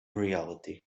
reality